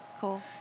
Cool